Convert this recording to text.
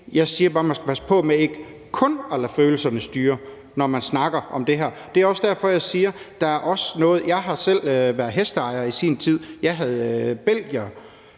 Jeg siger bare, at man skal passe på med ikke kun at lade følelserne styre det, når man snakker om det her, og det er også derfor, jeg siger det. Jeg har selv været hesteejer i sin tid, og jeg havde belgiere.